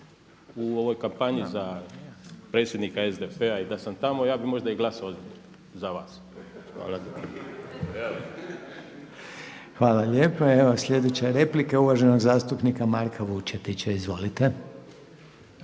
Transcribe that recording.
u ovoj kampanji za predsjednika SDP-a i da sam tamo ja bih možda i glasovao za vas. Hvala. **Reiner, Željko (HDZ)** Hvala lijepa. Evo sljedeća replika je uvaženog zastupnika Marka Vučetića. Izvolite.